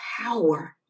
power